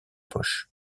poche